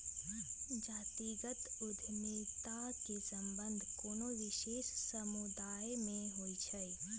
जातिगत उद्यमिता के संबंध कोनो विशेष समुदाय से होइ छै